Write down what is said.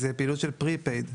זו פעילות של "פרי-פייד".